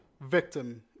victim